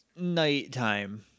nighttime